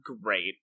great